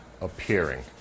appearing